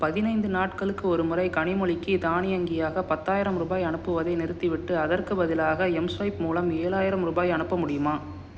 பதினைந்து நாட்களுக்கு ஒருமுறை கனிமொழிக்கி தானியங்கியாக பத்தாயிரம் ரூபாய் அனுப்புவதை நிறுத்திவிட்டு அதற்குப் பதிலாக எம்ஸ்வைப் மூலம் ஏழாயிரம் ரூபாய் அனுப்ப முடியுமா